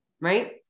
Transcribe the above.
Right